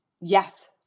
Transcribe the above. yes